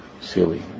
silly